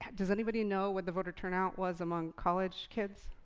does anybody know what the voter turnout was among college kids?